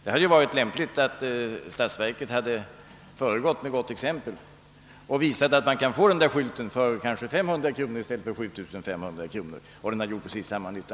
Det hade varit lämpligare att statsverket föregått med gott exempel och visat att man för kanske 500 kronor i stället för 7500 kronor hade kunnat få en skylt som hade gjort precis samma nytta.